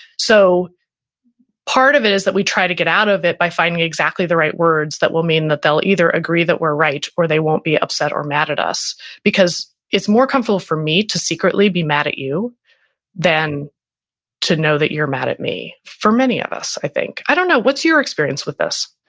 so part of it is that we try to get out of it by finding exactly the right words that will mean that they'll either agree that we're right or they won't be upset or mad at us because it's more comfortable for me to secretly be mad at you than to know that you're mad at me. for many of us, i think, i don't know, what's your experience with this?